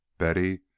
Betty